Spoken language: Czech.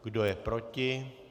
Kdo je proti?